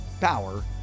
power